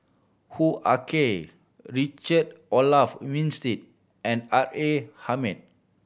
Hoo Ah Kay Richard Olaf Winstedt and R A Hamid